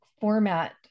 format